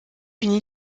une